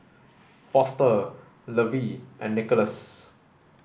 Foster Lovey and Nicholas